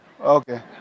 Okay